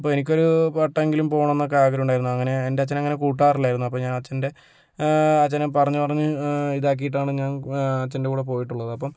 അപ്പോൾ എനിക്കൊരു വട്ടമെങ്കിലും പോകണം എന്നൊക്കെ ആഗ്രഹം ഉണ്ടായിരുന്നു അങ്ങനെ ഞാൻ എൻ്റച്ഛൻ അങ്ങനെ കൂട്ടാറില്ലാരുന്നു അപ്പം ഞാൻ അച്ഛൻ്റെ അച്ഛനെ പറഞ്ഞ് പറഞ്ഞ് ഇതാക്കീട്ടാണ് ഞാൻ അച്ഛൻ്റെ കൂടെ പോയിട്ടുള്ളത് അപ്പം